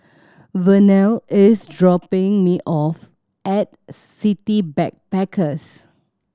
Vernal is dropping me off at City Backpackers